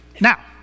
Now